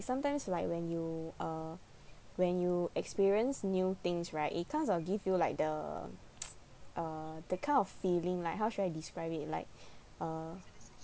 sometimes like when you uh when you experience new things right it kinds of give you like the uh the kind of feeling like how should I describe it like uh